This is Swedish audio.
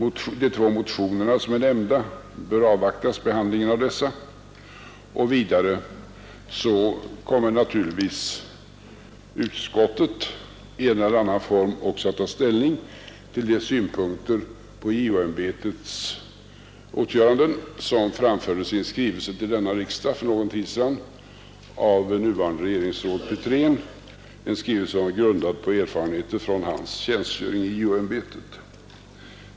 Behandlingen av de två nämnda motionerna bör avvaktas. Vidare kommer naturligtvis utskottet i en eller annan form också att ta ställning till de synpunkter på JO-ämbetets åtgöranden som framfördes i en skrivelse till riksdagen för någon tid sedan av nuvarande regeringsrådet Petrén, en skrivelse som är grundad på erfarenheter från hans tjänstgöring i JO-ämbetet.